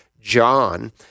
John